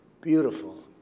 beautiful